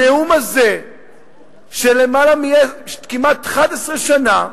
הנאום הזה בן כמעט 11 שנה,